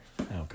Okay